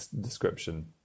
description